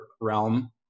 realm